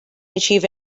achieve